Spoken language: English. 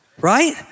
Right